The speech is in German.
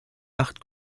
acht